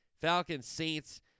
Falcons-Saints